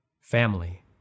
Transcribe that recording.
family